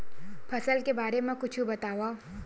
फसल के बारे मा कुछु बतावव